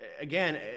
Again